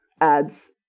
adds